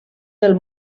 del